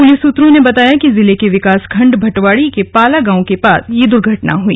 police सूत्रों ने बताया कि जिले के विकास खण्ड भटवाड़ी के पाला गांव के पास यह दुर्घटना हुई